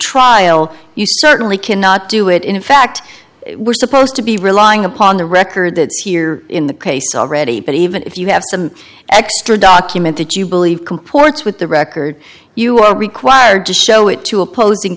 trial you certainly cannot do it in fact we're supposed to be relying upon the record here in the case already but even if you have some extra document that you believe comports with the record you are required to show it to opposing